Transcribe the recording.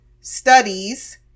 studies